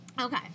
Okay